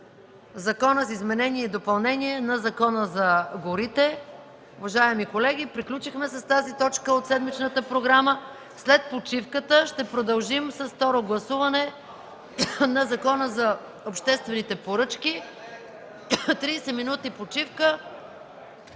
Закона за изменение и допълнение на Закона за горите. Уважаеми колеги, приключихме с тази точка от седмичната програма. След почивката ще продължим с второто гласуване на Закона за обществените поръчки. Тридесет минути почивка.